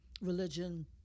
religion